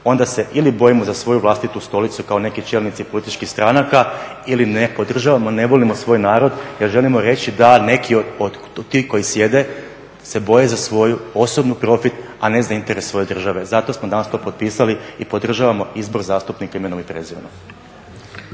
onda se ili bojimo za svoju vlastitu stolicu kao neki čelnici političkih stranaka ili ne podržavamo, ne volimo svoj narod jer želimo reći da neki od tih koji sjede se boje za svoju osobnu profit a ne za interes svoje države zato smo danas to potpisali i podržavamo izbor zastupnika imenom i prezimenom.